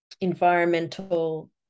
environmental